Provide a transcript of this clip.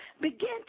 Begin